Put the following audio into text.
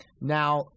Now